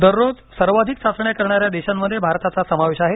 दररोज सर्वाधिक चाचण्या करणाऱ्या देशांमध्ये भारताचा समावेश आहे